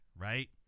right